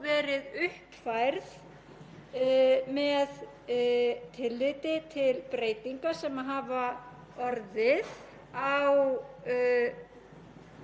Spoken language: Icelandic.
þeim ríkjum sem hafa gerst aðilar að samningi þessum